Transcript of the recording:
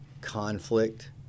conflict